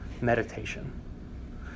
Meditation